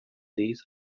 these